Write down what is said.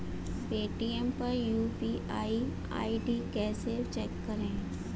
Paytm पर UPI ID कैसे check करें?